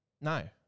No